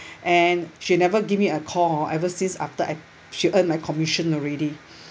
and she never give me a call ever since after I she earn my commission already